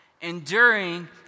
Enduring